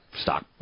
stock